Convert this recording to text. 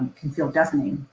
can feel deafening.